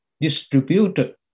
distributed